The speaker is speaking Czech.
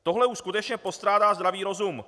Tohle už skutečně postrádá zdravý rozum.